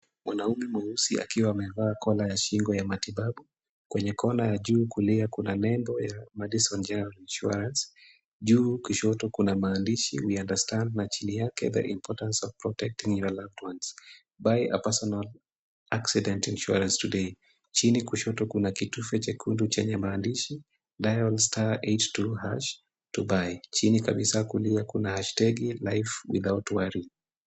Mwanamume mweusi akiwa amevaa kola ya shingo ya matibabu, kwenye kona ya juu kulia kuna nembo ya Madison General insurance, juu kushoto kuna maandishi we understand na juu yake The importance of protecting your loved ones, buy a personal accident insurance today , chini kushoto kuna kitufe chekundu chenye maandishi dial star eight two hash to buy ,chini kabisa kuna hashtagi live without worry .